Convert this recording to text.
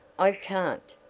i can't!